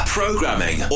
programming